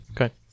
Okay